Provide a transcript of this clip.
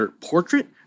Portrait